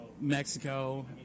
Mexico